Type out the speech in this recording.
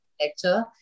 lecture